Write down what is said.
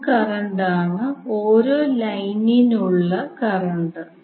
line current ആണ് ഓരോ ലൈനിലുള്ള കറന്റ്